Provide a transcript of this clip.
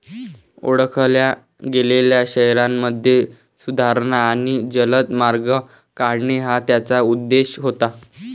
ओळखल्या गेलेल्या शहरांमध्ये सुधारणा आणि जलद मार्ग काढणे हा त्याचा उद्देश होता